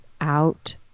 out